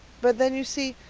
but then, you see,